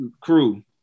crew